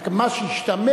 רק מה שהשתמע,